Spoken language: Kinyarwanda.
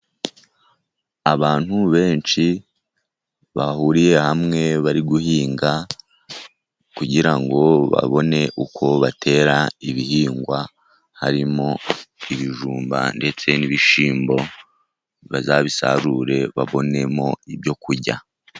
Abantu benshi bahuriye hamwe bari guhinga kugira ngo babone uko batera ibihingwa harimo ibijumba ndetse n'ibishimbo bazabisarure babonemo ibyo kurya.